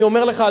אני אומר לך,